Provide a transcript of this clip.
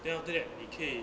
then after that 你可以